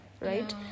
right